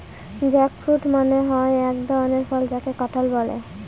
jackfruit মানে হয় এক ধরনের ফল যাকে কাঁঠাল বলে